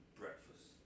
breakfast